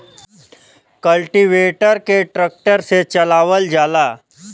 cultivator के tractor से चलावल जाला